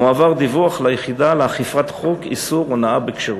מועבר דיווח ליחידה לאכיפת חוק איסור הונאה בכשרות.